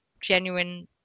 genuine